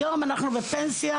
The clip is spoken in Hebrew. היום אנחנו בפנסיה,